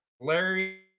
Larry